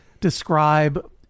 describe